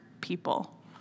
people